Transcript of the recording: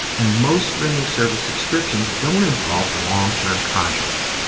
and most streaming service subscriptions don't involve long-term contracts,